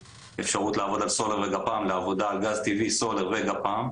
מאפשרות לעבוד על סולר וגפם לעבודה על גז טבעי סולק וגפ"ם,